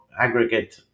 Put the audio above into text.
aggregate